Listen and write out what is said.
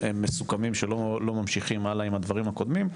מסוכמים שלא ממשיכים הלאה עם הדברים הקודמים.